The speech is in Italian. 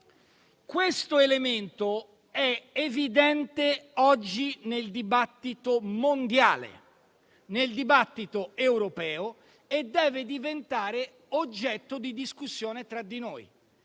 Questo elemento è evidente oggi nel dibattito mondiale, nel dibattito europeo e deve diventare oggetto di discussione tra di noi.